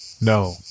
No